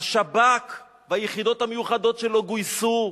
השב"כ והיחידות המיוחדות שלו גויסו,